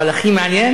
ואני סולח לה.